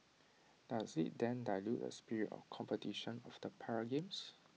does IT then dilute the spirit of competition of the para games